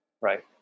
Right